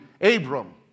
Abram